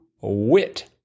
Wit